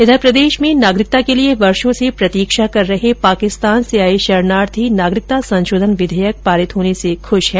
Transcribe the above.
इधर प्रदेश में नागरिकता के लिए वर्षो से प्रतीक्षा कर रहे पाकिस्तान से आए शरणार्थी नागरिकता संशोधन विधेयक पारित होने से खुश हैं